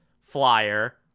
flyer